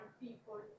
people